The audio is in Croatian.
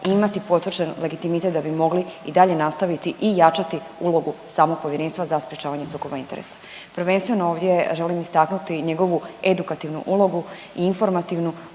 imati potvrđen legitimitet da bi mogli i dalje nastaviti i jačati ulogu samog Povjerenstva za sprječavanje sukoba interesa. Prvenstveno ovdje želim istaknuti njegovu edukativnu ulogu i informativnu